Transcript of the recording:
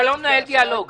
אל תנהל דיאלוג.